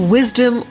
Wisdom